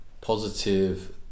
positive